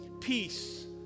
peace